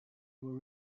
were